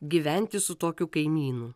gyventi su tokiu kaimynu